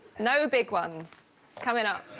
no big ones coming up